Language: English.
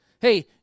Hey